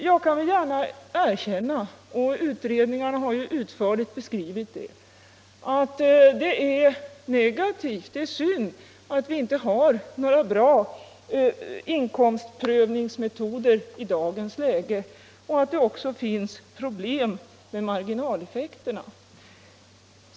Jag kan erkänna att det, som utförligt har beskrivits i utredningarna, är synd att vi inte har några goda inkomstprövningsmetoder i dagens läge och att det också finns problem med marginaleffekterna.